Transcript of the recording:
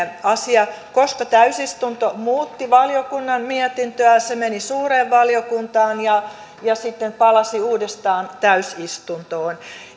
koska täysistunto muutti valiokunnan mietintöä se meni suureen valiokuntaan ja ja sitten palasi uudestaan täysistuntoon